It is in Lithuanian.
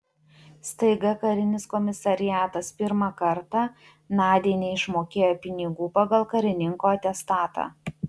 staiga karinis komisariatas pirmą kartą nadiai neišmokėjo pinigų pagal karininko atestatą